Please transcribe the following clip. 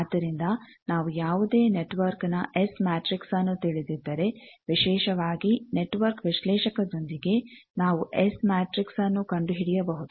ಆದ್ದರಿಂದ ನಾವು ಯಾವುದೇ ನೆಟ್ವರ್ಕ್ನ ಎಸ್ ಮ್ಯಾಟ್ರಿಕ್ಸ್ನ್ನು ತಿಳಿದಿದ್ದರೆ ವಿಶೇಷವಾಗಿ ನೆಟ್ವರ್ಕ್ ವಿಶ್ಲೇಷಕದೊಂದಿಗೆ ನಾವು ಎಸ್ ಮ್ಯಾಟ್ರಿಕ್ಸ್ನ್ನು ಕಂಡುಹಿಡಿಯಬಹುದು